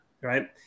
right